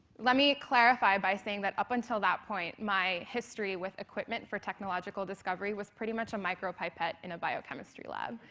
let me clarify by saying that up, until that point my history with equipment for technological discovery was pretty much a micropipette in a biochemistry lab,